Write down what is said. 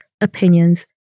opinions